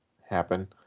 happen